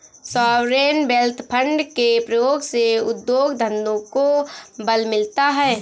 sovereign wealth fund के प्रयोग से उद्योग धंधों को बल मिलता है